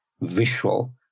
visual